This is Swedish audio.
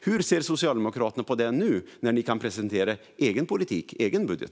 Hur ser Socialdemokraterna på skogspolitiken nu när ni kan presentera er egen politik och egen budget?